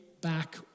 back